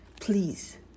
Please